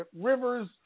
Rivers